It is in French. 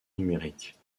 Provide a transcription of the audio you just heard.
numérique